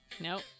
Nope